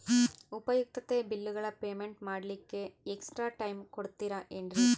ಉಪಯುಕ್ತತೆ ಬಿಲ್ಲುಗಳ ಪೇಮೆಂಟ್ ಮಾಡ್ಲಿಕ್ಕೆ ಎಕ್ಸ್ಟ್ರಾ ಟೈಮ್ ಕೊಡ್ತೇರಾ ಏನ್ರಿ?